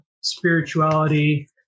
spirituality